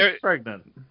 pregnant